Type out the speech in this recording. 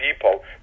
people